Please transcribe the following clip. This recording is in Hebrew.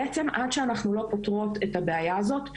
בעצם עד שאנחנו לא פותרות את הבעיה הזאת,